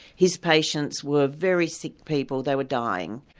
his patients were very sick people, they were dying.